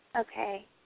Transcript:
Okay